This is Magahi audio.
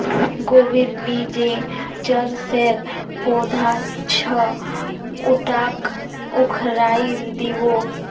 गोबीर ली जे चरसेर पौधा छ उटाक उखाड़इ दी बो